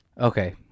okay